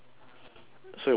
so it wasn't that good